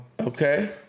Okay